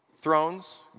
thrones